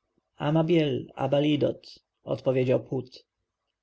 anael sachiel amabiel abalidot odpowiedział phut